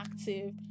active